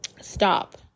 stop